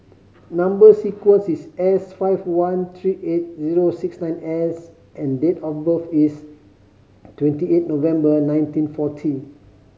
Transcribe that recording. number sequence is S five one three eight zero six nine S and date of birth is twenty eight November nineteen forty